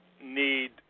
need